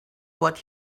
what